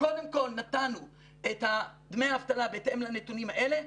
קודם כל נתנו את דמי האבטלה בהתאם לנתונים האלה,